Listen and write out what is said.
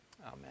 Amen